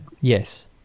yes